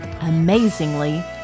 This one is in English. amazingly